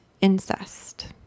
incest